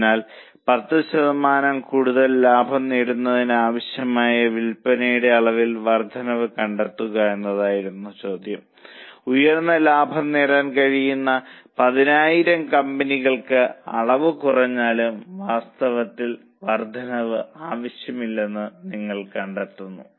അതിനാൽ 10 ശതമാനം കൂടുതൽ ലാഭം നേടുന്നതിന് ആവശ്യമായ വിൽപ്പനയുടെ അളവിൽ വർദ്ധനവ് കണ്ടെത്തുക എന്നതായിരുന്നു ചോദ്യം ഉയർന്ന ലാഭം നേടാൻ കഴിയുന്ന 10000 കമ്പനികൾക്ക് അളവ് കുറഞ്ഞാലും വാസ്തവത്തിൽ വർദ്ധനവ് ആവശ്യമില്ലെന്ന് നിങ്ങൾ കണ്ടെത്തുന്നു